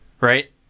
right